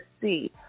see